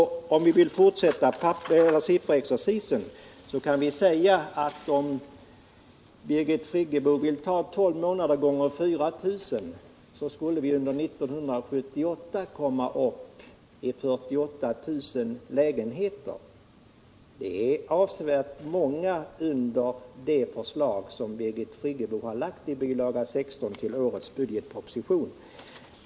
Om man, för att fortsätta sifferexercisen, multiplicerar denna igångsättningssiffra, 4 000, med 12 månader finner man att vi under 1978 skulle komma upp i 48 000 lägenheter. Det är många mindre än vad Birgit Friggebo föreslagit i bil. 16 till årets budgetproposition.